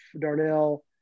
Darnell